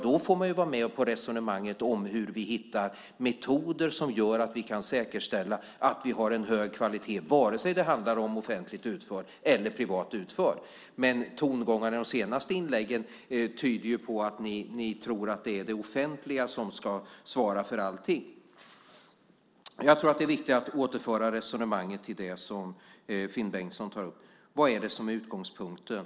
Då får ni ju vara med på resonemanget om hur vi hittar metoder som gör att vi kan säkerställa att vi har en hög kvalitet, vare sig det handlar om offentligt utfört eller privat utfört. Men tongångarna i de senaste inläggen tyder på att ni tror att det är det offentliga som ska svara för allting. Jag tror att det är viktigt att återföra resonemanget till det som Finn Bengtsson tar upp: Vad är det som är utgångspunkten?